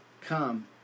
come